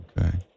Okay